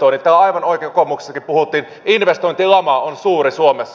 täällä aivan oikein kokoomuksessakin puhuttiin että investointilama on suuri suomessa